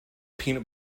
peanut